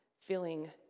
feeling